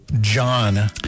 John